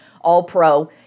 All-Pro